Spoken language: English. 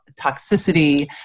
toxicity